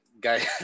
guys